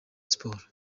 sport